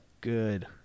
good